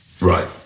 Right